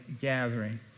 gathering